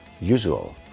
usual